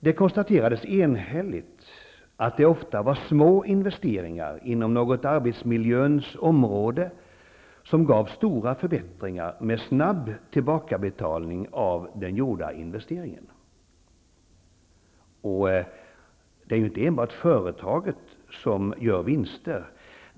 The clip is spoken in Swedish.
Det konstaterades enhälligt att det ofta var små investeringar inom något arbetsmiljöns område som gav stora förbättringar med snabb återbetalning av den gjorda investeringen. Och det är ju inte enbart företaget som gör vinster.